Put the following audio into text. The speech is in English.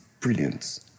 Brilliant